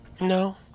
No